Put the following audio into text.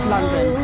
London